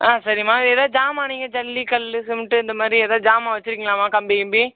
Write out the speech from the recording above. ஆ சரிம்மா எதா ஜாமான் நீங்கள் ஜல்லி கல் சிமெண்ட்டு இந்தமாதிரி எதா ஜாமான் வச்சிருக்கிங்ளாம்மா கம்பி கிம்பி